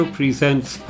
presents